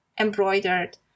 embroidered